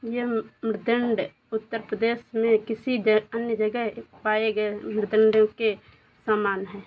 यह मृदण्ड उत्तर प्रदेश में किसी अन्य जगह पाए गए मृदण्डों के समान हैं